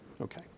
Okay